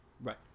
Right